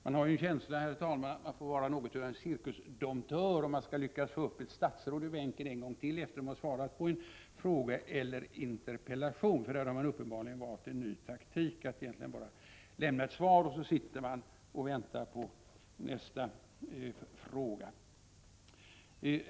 Man har dock en känsla av att man får vara något av en cirkusdomptör om man skall lyckas få upp ett statsråd ur bänken en gång till efter det att en fråga eller en interpellation har besvarats. Statsråden har uppenbarligen valt en ny taktik: att bara lämna ett svar och sedan sitta och vänta på nästa fråga.